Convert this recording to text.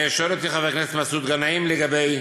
שואל אותי חבר הכנסת מסעוד גנאים לגבי